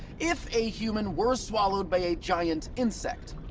if a human were swallowed by a giant insect.